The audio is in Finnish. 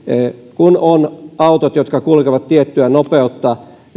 kun on autoja jotka kulkevat tiettyä nopeutta